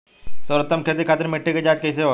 सर्वोत्तम खेती खातिर मिट्टी के जाँच कइसे होला?